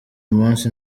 munsi